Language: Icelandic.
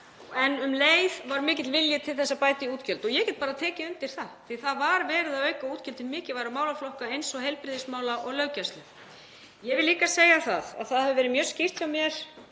en um leið var mikill vilji til þess að bæta í útgjöld. Ég get bara tekið undir það, því að það var verið að auka útgjöld til mikilvægra málaflokka eins og heilbrigðismála og löggæslu. Ég vil líka segja að það hafi verið mjög skýrt hjá mér